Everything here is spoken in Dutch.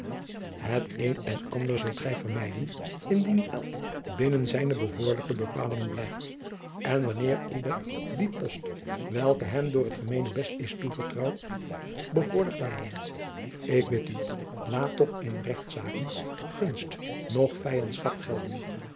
het een en ander zult gij adriaan loosjes pzn het leven van maurits lijnslager vermijden indien elk binnen zijne behoorlijke bepalingen blijft en wanneer ieder dien post welke hem door het gemeenebest is toevertrouwd behoorlijk waarneemt ik bid u laat toch in regtszaken gunst noch vijandschap gelden